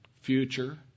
future